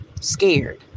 scared